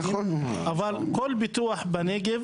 אבל כל פיתוח בנגב,